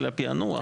של הפיענוח,